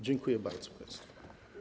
Dziękuję bardzo państwu.